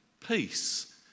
Peace